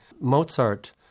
Mozart